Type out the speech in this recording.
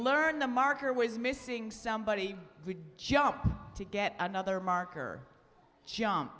learn the marker was missing somebody would jump to get another marker jump